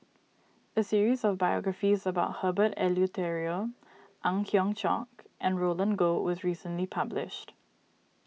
a series of biographies about Herbert Eleuterio Ang Hiong Chiok and Roland Goh was recently published